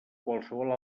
qualsevol